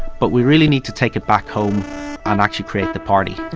but we really need to take it back home and actually create the party.